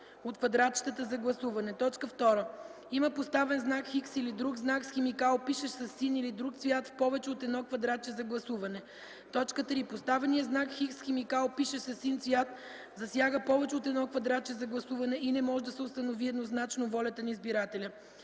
от квадратчетата за гласуване; 2. има поставен знак „Х” или друг знак, с химикал, пишещ със син или друг цвят, в повече от едно квадратче за гласуване; 3. поставеният знак „Х”, с химикал, пишещ със син цвят, засяга повече от едно квадратче за гласуване и не може да се установи еднозначно волята на избирателя;